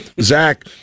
Zach